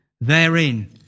therein